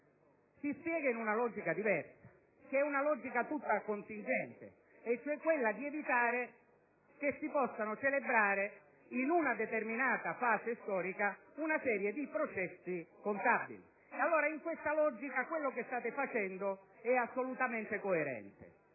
Si spiega in una logica diversa, che è tutta contingente: quella cioè di evitare che si possa celebrare in una determinata fase storica una serie di processi contabili. Ebbene, in questa logica quello che state facendo è assolutamente coerente.